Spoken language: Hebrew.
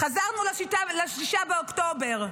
חזרנו ל-6 באוקטובר.